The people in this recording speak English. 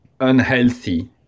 unhealthy